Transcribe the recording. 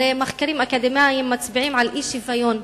הרי מחקרים אקדמיים מצביעים על אי-שוויון,